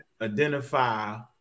identify